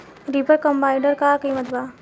Reaper कम्बाइंडर का किमत बा?